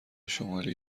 شمالی